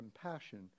compassion